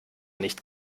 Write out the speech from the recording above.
nicht